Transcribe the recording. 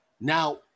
Now